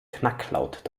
knacklaut